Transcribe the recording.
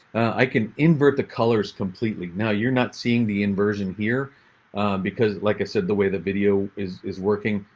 i can invert the colors completely. now you're not seeing the inversion here because like i said, the way the video is is working.